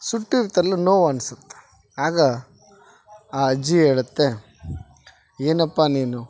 ಸುಟ್ಟಿರುತ್ತಲ್ಲ ನೋವನ್ಸುತ್ತೆ ಆಗ ಆ ಅಜ್ಜಿ ಹೇಳುತ್ತೆ ಏನಪ್ಪ ನೀನು